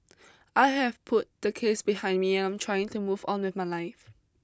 I have put the case behind me and I'm trying to move on with my life